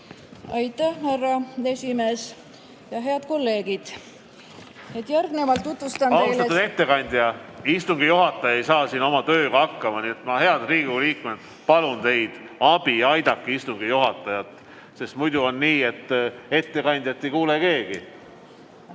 Aitäh, härra esimees! Head kolleegid! Järgnevalt tutvustan teile ... Austatud ettekandja! Istungi juhataja ei saa oma tööga hakkama, nii et ma, head Riigikogu liikmed, palun teie abi. Aidake istungi juhatajat, sest muidu on nii, et ettekandjat ei kuule keegi.